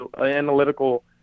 analytical